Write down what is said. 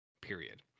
Period